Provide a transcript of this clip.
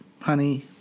honey